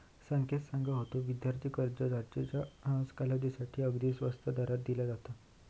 संकेत सांगा होतो, विद्यार्थी कर्ज जास्तीच्या कालावधीसाठी अगदी स्वस्त दरात दिला जाता